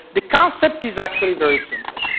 the concept is actually very simple.